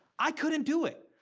i couldn't do it!